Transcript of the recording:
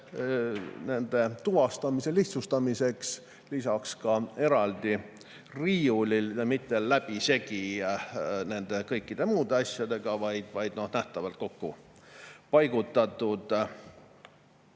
nende tuvastamise lihtsustamiseks eraldi riiulil, mitte läbisegi kõikide muude asjadega, vaid nähtavalt kokku paigutatud.